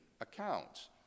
accounts